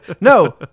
No